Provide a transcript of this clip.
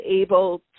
able